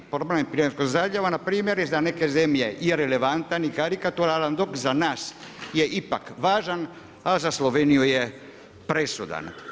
Problem Piranskog zaljeva npr. za neke zemlje je irelevantan i karikaturalan dok za nas je ipak važan, a za Sloveniju je presudan.